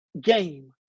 game